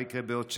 מה יקרה בעוד שנה?